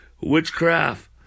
witchcraft